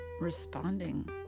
responding